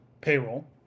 payroll